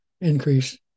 increase